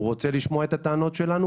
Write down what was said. הוא רוצה לשמוע את הטענות שלנו.